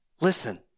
Listen